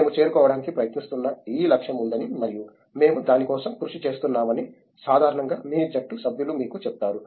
మేము చేరుకోవడానికి ప్రయత్నిస్తున్న ఈ లక్ష్యం ఉందని మరియు మేము దాని కోసం కృషి చేస్తున్నామని సాధారణంగా మీ జట్టు సభ్యులు మీకు చెప్తారు